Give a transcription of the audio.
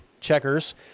checkers